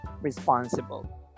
responsible